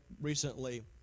recently